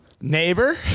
neighbor